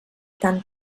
tan